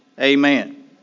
Amen